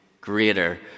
greater